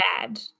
bad